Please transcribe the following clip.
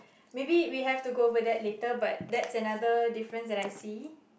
maybe we have to go over that later but that's another difference that I see